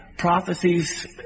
prophecies